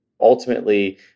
Ultimately